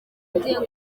agenga